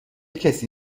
کسی